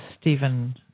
Stephen